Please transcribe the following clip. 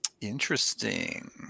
Interesting